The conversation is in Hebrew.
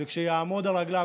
וכשיעמוד על רגליו,